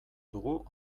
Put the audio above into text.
dugu